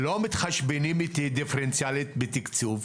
לא מתחשבנים איתי דיפרנציאלית בתקצוב,